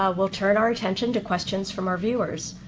ah we'll turn our attention to questions from our viewers.